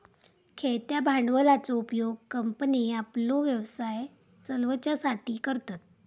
खेळत्या भांडवलाचो उपयोग कंपन्ये आपलो व्यवसाय चलवच्यासाठी करतत